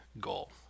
goal